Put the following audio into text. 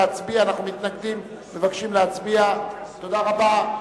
תודה רבה.